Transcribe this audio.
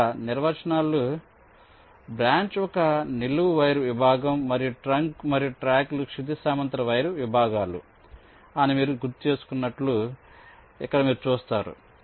ఇక్కడ నిర్వచనాలు బ్రాంచ్ ఒక నిలువు వైర్ విభాగం మరియు ట్రంక్ మరియు ట్రాక్లు క్షితిజ సమాంతర వైర్ విభాగాలు అని మీరు గుర్తుచేసుకున్నట్లు ఇక్కడ మీరు చూస్తారు